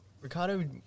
Ricardo